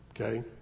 Okay